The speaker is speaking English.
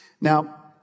Now